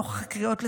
נוכח קריאות לסרבנות,